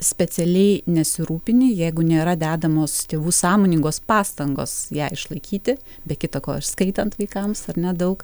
specialiai nesirūpini jeigu nėra dedamos tėvų sąmoningos pastangos ją išlaikyti be kita ko ir skaitant vaikams ar ne daug